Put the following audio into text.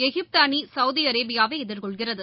எகிப்துஅணிசௌதிஅரேபியாவைஎதிர்கொள்கிறது